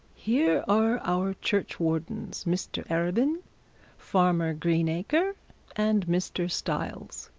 here are our churchwardens, mr arabin farmer greenacre and mr stiles.